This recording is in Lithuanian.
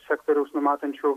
sektoriaus numatančių